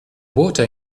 water